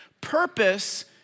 Purpose